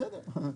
בסדר.